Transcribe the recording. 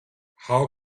how